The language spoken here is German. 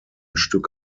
stück